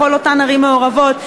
בכל אותן ערים מעורבות,